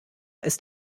ist